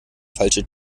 falsche